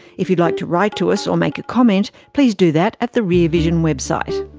if you'd like to write to us or make a comment, please do that at the rear vision website.